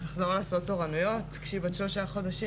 לחזור לעשות תורנויות כשהיא בת שלושה חודשים?